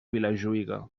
vilajuïga